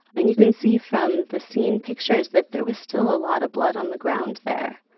and you can see from the scene pictures that there was still a lot of blood on the ground there.